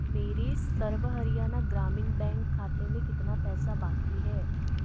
मेरे सर्व हरियाणा ग्रामीण बैंक खाते में कितना पैसा बाकी है